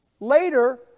later